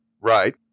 Right